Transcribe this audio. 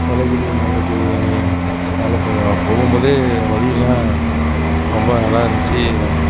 ஏலகிரி மலைக்கு மேலே போயிருந்தோம் போகும்போதே வலியெல்லாம் ரொம்ப நல்லா இருந்துச்சி